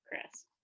Chris